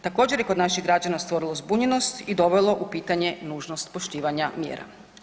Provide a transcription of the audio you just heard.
Također je kod naših građana stvorilo zbunjenost i dovelo u pitanje nužnost poštivanja mjera.